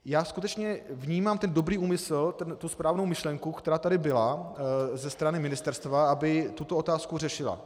Já skutečně vnímám ten dobrý úmysl, tu správnou myšlenku, která tady byla ze strany ministerstva, aby tuto otázku řešila.